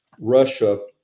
Russia